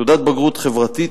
תעודת בגרות חברתית